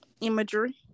Imagery